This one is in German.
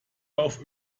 auf